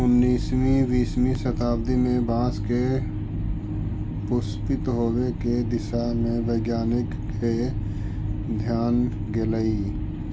उन्नीसवीं बीसवीं शताब्दी में बाँस के पुष्पित होवे के दिशा में वैज्ञानिक के ध्यान गेलई